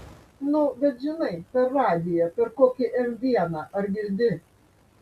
nu bet žinai per radiją per kokį m vieną ar girdi